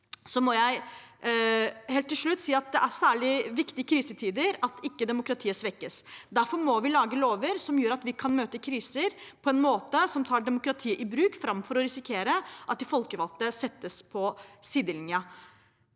Så må jeg helt til slutt si at det i krisetider er særlig viktig at demokratiet ikke svekkes. Derfor må vi lage lover som gjør at vi kan møte kriser på en måte som tar demokratiet i bruk, framfor å risikere at de folkevalgte settes på sidelinjen.